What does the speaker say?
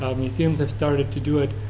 museums have started to do it,